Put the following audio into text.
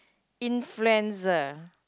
influenza